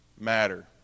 matter